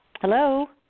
Hello